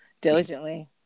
diligently